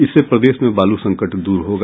इससे प्रदेश में बालू संकट दूर होगा